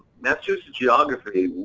that's just the geography.